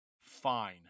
fine